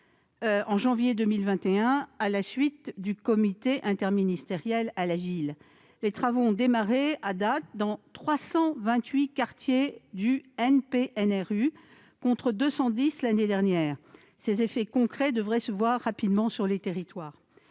de janvier 2021, à la suite du comité interministériel des villes. Les travaux ont démarré à date dans 328 quartiers du NPNRU, contre 210 l'année dernière. Les effets concrets devraient se voir rapidement sur les territoires.